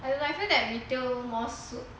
I don't know I feel like retail more suit